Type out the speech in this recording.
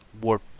warp